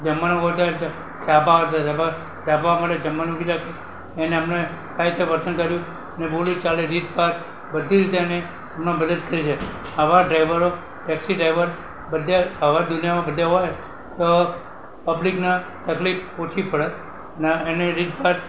જમવાનું હોય તો ચા પાવા ચા પાવા માટે જમવાને ઊભી રાખી એને અમને સારી રીતે વર્તન કર્યું એની બોલી રીતભાત બધી રીતે એણે અમને મદદ કરી છે આવા ડ્રાઈવરો ટેક્સી ડ્રાઈવર બધે આવા દુનિયામાં બધે હોય તો પબ્લિકને તકલીફ ઓછી પડે ને એની રીતભાત